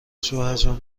شوهرجان